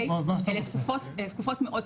אלה תקופות מאוד קצרות.